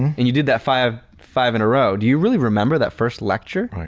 and you did that five five in a row. do you really remember that first lecture?